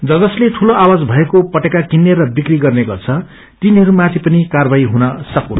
ज जसले दूलो आवाज भएको पटेका किन्ने र बिक्री गन्ने गर्छ तिनीहरूमाथि पनि कार्यवाही हुन सकून्